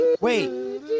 Wait